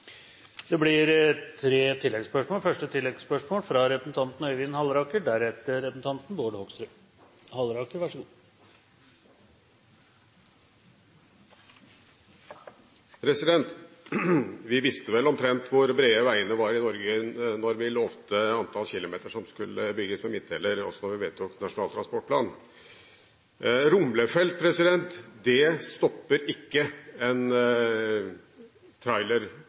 Det blir tre oppfølgingsspørsmål – først Øyvind Halleraker. Vi visste vel omtrent hvor brede veiene var i Norge, da vi lovte antall kilometer som skulle bygges med midtdelere, også da vi vedtok Nasjonal transportplan. Rumlefelt stopper ikke en trailer